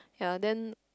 ya then